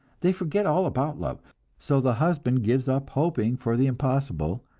they forget all about love so the husband gives up hoping for the impossible,